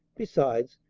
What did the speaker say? besides,